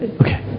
Okay